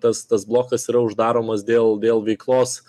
tas tas blokas yra uždaromas dėl dėl veiklos